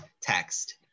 text